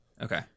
okay